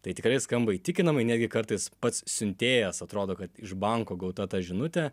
tai tikrai skamba įtikinamai netgi kartais pats siuntėjas atrodo kad iš banko gauta ta žinutė